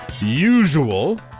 usual